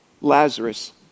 Lazarus